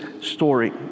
story